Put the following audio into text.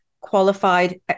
qualified